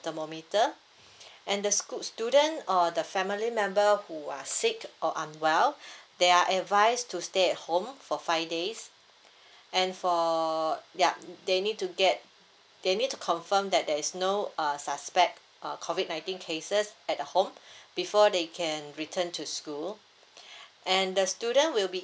thermometer and the school student or the family member who are sick or unwell they are advised to stay at home for five days and for ya mm they need to get they need to confirm that there is no err suspect err COVID nineteen cases at home before they can return to school and the student will be